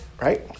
right